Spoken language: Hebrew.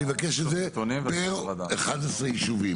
אני מבקש את זה פר 11 יישובים,